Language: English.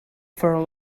for